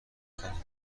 کنید